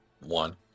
One